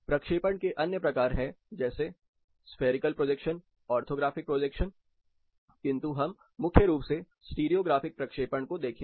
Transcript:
प्रक्षेपण के अन्य प्रकार हैं जैसे स्फेरिकल प्रोजेक्शन ऑर्थोग्राफिक प्रोजेक्शन किंतु हम मुख्य रूप से स्टीरियो ग्राफिक प्रक्षेपण को देखेंगे